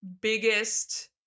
biggest